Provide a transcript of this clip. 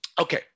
Okay